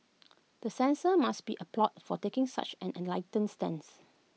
the censors must be applauded for taking such an enlightened stance